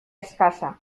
eskasa